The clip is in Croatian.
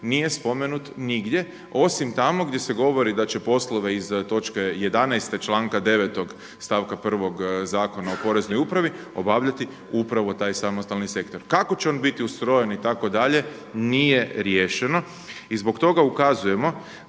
nije spomenut nigdje osim tamo gdje se govori da će poslove iz točke 11. članka 9. stavka 1. Zakona o poreznoj upravi obavljati upravo taj samostalni sektor. Kako će on biti ustrojen itd. nije riješeno i zbog toga ukazujemo